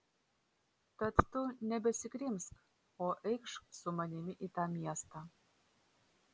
tad tu nebesikrimsk o eikš su manimi į tą miestą